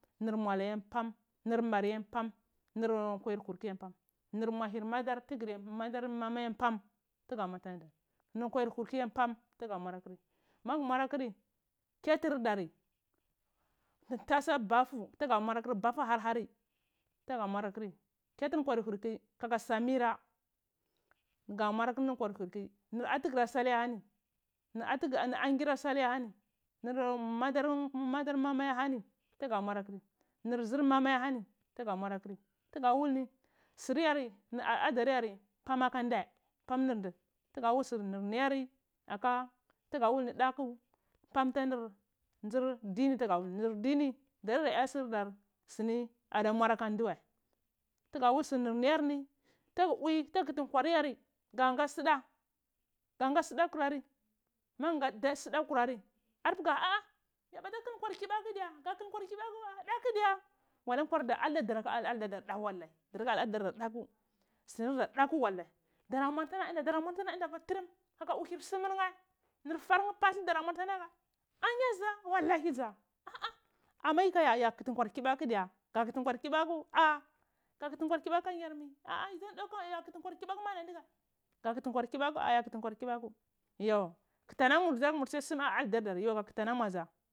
Nwur mwala ye pam nur mar ma pam nur huyar hur kiar ye pam nu mwahir modar tugur ma pum nor madar mama ye pam tuga mudar anadar nur kwayar hurkar ye pam tuga mwara kuri. agu kuri katur dari nur ntasar baffu tuga mwara kuri baffu pam pam tuga mwara aporr ketur sur kurkki kaka samiya ga mwar akur nur kubrki nur atugura sal ye ahani nur angora sal ye ahani nur madar mamama ahani tuga nwar ahor nur zurmama ma ahani tuga mwara kri tugada woi ni suryar air adaryare pam aka nhe pam nl tagada wul sur yar ni aka tugado wulni dhaku pum tanur nzur dini tuga du wula nor ɗzir dini dariya ɗa sur ɗar ava muara aka ndhi wai tuga wul sur niyar ni tugu pwi tugu kutu sor nkwar yar ga ngo suda nga ga sudo kurari magu ngo sudo kur ari orpae ga ha ya bata kul nkwar hib a teu diya gabata kuti nkwar hibahu wai a daku diya walai nkwa nda dordoku dirge halaght daku surdar daku diya walai dara muara nheh unda datu turum kaka uhir sumur nheh nor for nleh paldhu da anya da wolahi an ah ama yikam ya kti nkwar kibaku diya ga kuti nkwar kibaku a ya kuti nkwar hibuku mana ndugeh ga kutu nkwar hibahu a ya huti nkwar hibatec yo kuti alamor dza or mai soma adjudari kuta maza.